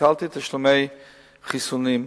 ביטלתי תשלומי חיסונים.